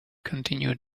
continue